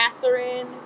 Catherine